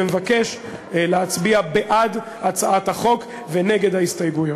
ומבקש להצביע בעד הצעת החוק ונגד ההסתייגויות.